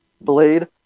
Blade